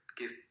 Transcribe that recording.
give